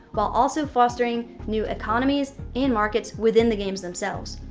while also fostering new economies and markets within the games themselves,